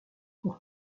pour